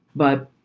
but.